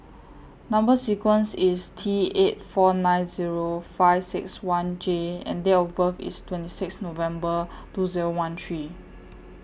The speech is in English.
Number sequence IS T eight four nine Zero five six one J and Date of birth IS twenty six November two Zero one three